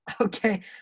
okay